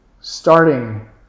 starting